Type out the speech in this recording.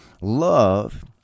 love